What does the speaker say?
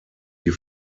die